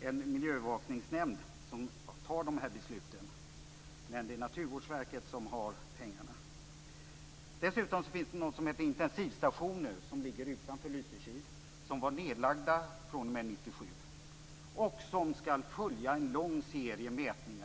en miljöövervakningsnämnd som fattar dessa beslut, men det är Naturvårdsverket som har pengarna. Dessutom finns det något som heter intensivstationer. De ligger utanför Lysekil. De är nedlagda fr.o.m. 1997. De var tänkta att följa en lång serie mätningar.